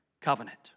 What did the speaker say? covenant